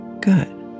good